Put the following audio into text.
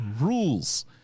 rules